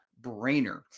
brainer